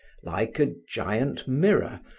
like a giant mirror,